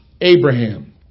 Abraham